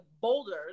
boulders